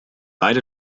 beide